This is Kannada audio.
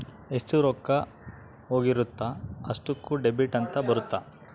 ಎಷ್ಟ ರೊಕ್ಕ ಹೋಗಿರುತ್ತ ಅಷ್ಟೂಕ ಡೆಬಿಟ್ ಅಂತ ಬರುತ್ತ